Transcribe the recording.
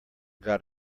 got